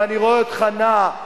אבל אני רואה אותך נע,